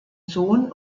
sohn